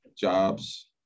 jobs